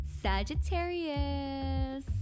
Sagittarius